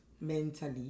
mentally